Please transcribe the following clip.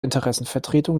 interessenvertretung